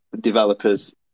developers